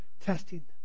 testing